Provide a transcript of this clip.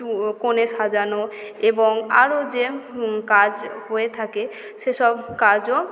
যেমন চুল কনে সাজানো এবং আরও যে কাজ হয়ে থাকে সেসব কাজও